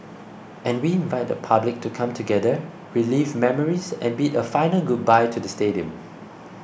and we invite the public to come together relive memories and bid a final goodbye to the stadium